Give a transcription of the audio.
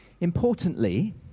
Importantly